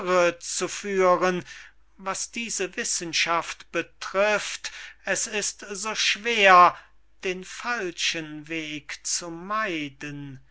zu führen was diese wissenschaft betrifft es ist so schwer den falschen weg zu meiden